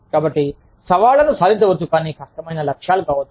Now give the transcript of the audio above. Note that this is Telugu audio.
కాబట్టి సవాళ్లు సాధించవచ్చు కానీ కష్టమైన లక్ష్యాలు కావచ్చు